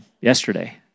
yesterday